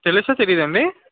తెలుసా తెలీదా అండి